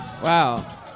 Wow